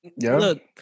Look